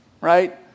Right